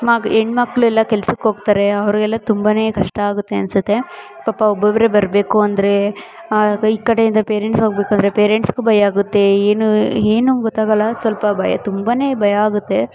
ಮಗ ಹೆಣ್ ಮಕ್ಕಳೆಲ್ಲ ಕೆಲ್ಸಕ್ಕೆ ಹೋಗ್ತಾರೆ ಅವ್ರಿಗೆಲ್ಲ ತುಂಬ ಕಷ್ಟ ಆಗುತ್ತೆ ಅನ್ನಿಸುತ್ತೆ ಪಾಪ ಒಬ್ಬೊಬ್ಬರೇ ಬರಬೇಕು ಅಂದ್ರೆ ಈ ಕಡೆಯಿಂದ ಪೇರೆಂಟ್ಸ್ ಹೋಗಬೇಕಂದ್ರೆ ಪೇರೆಂಟ್ಸ್ಗೂ ಭಯ ಆಗುತ್ತೆ ಏನೂ ಏನೂ ಗೊತ್ತಾಗೋಲ್ಲ ಸ್ವಲ್ಪ ಭಯ ತುಂಬ ಭಯ ಆಗುತ್ತೆ